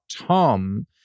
Tom